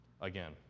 Again